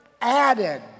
added